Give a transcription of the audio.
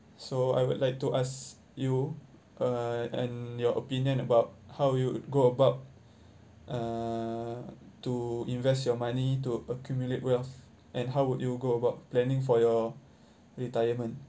so I would like to ask you uh and your opinion about how you would go about uh to invest your money to accumulate wealth and how would you go about planning for your retirement